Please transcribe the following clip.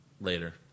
later